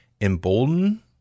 embolden